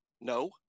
No